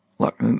Look